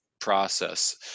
process